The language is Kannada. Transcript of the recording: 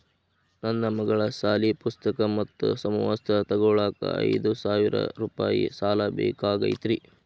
ನನ್ನ ಮಗಳ ಸಾಲಿ ಪುಸ್ತಕ್ ಮತ್ತ ಸಮವಸ್ತ್ರ ತೊಗೋಳಾಕ್ ಐದು ಸಾವಿರ ರೂಪಾಯಿ ಸಾಲ ಬೇಕಾಗೈತ್ರಿ